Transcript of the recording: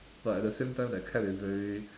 but at the same time the cat is very